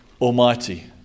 Almighty